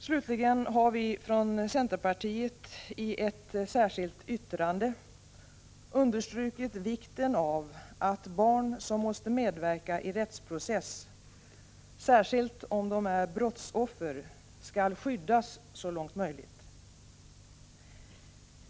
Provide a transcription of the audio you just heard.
Slutligen har vi från centerpartiet i ett särskilt yttrande understrukit vikten av att barn som måste medverka i rättsprocess, särskilt om de är brottsoffer, skall skyddas så långt som möjligt.